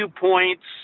points